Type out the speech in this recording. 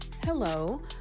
Hello